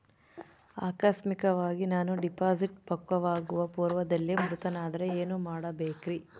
ಆಕಸ್ಮಿಕವಾಗಿ ನಾನು ಡಿಪಾಸಿಟ್ ಪಕ್ವವಾಗುವ ಪೂರ್ವದಲ್ಲಿಯೇ ಮೃತನಾದರೆ ಏನು ಮಾಡಬೇಕ್ರಿ?